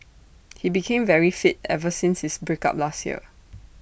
he became very fit ever since his break up last year